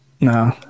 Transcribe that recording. No